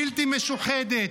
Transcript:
בלתי משוחדת,